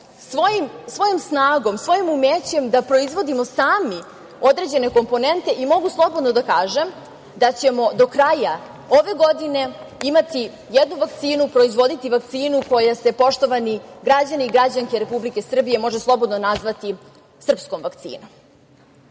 svojom snagom, svojim umećem da proizvodimo sami određene komponente i mogu slobodno da kažem, da ćemo do kraja ove godine imati jednu vakcinu, proizvoditi vakcinu koja se, poštovani građani i građanke Repbulike Srbije može nazvati - srpskom vakcinom. Otuda